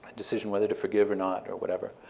and decision whether to forgive or not or whatever,